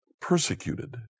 persecuted